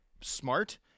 smart